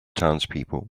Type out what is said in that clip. townspeople